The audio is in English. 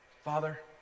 Father